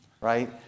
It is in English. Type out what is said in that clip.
right